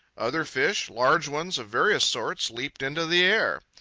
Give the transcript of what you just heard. other fish, large ones, of various sorts, leaped into the air.